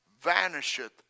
vanisheth